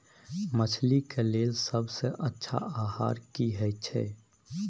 मछली के लेल सबसे अच्छा आहार की होय छै?